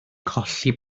colli